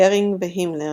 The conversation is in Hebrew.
”גרינג והימלר,